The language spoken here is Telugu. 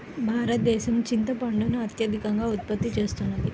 భారతదేశం చింతపండును అత్యధికంగా ఉత్పత్తి చేస్తున్నది